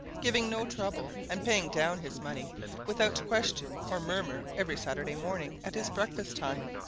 giving no trouble and paying down his money without question or murmur every saturday morning at his breakfast-time.